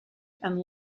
and